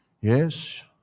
Yes